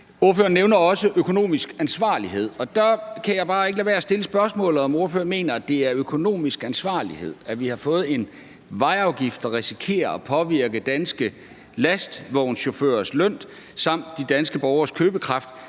Ordføreren nævner også økonomisk ansvarlighed, og der kan jeg bare ikke lade være med at stille spørgsmålet om, om ordføreren mener, det er økonomisk ansvarlighed, at vi har fået en vejafgift, der risikerer at påvirke danske lastvognschaufførers løn samt de danske borgeres købekraft